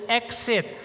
exit